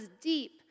deep